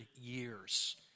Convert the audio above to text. years